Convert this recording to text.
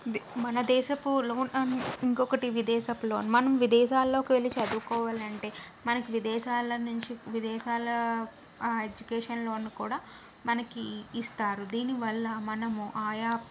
మన దేశపు లోన్ ఇంకొకటి విదేశపు లోన్ మనం విదేశాల్లోకి వెళ్ళి చదువుకోవాలంటే మనకు విదేశాల నుంచి విదేశాల ఎడ్యుకేషన్ లోను కూడా మనకి ఇస్తారు దీని వల్ల మనము ఆయా